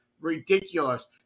ridiculous